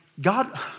God